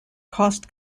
cost